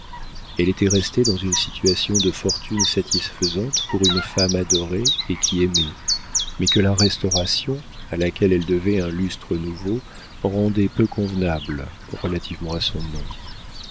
elle était restée dans une situation de fortune satisfaisante pour une femme adorée et qui aimait mais que la restauration à laquelle elle devait un lustre nouveau rendait peu convenable relativement à son nom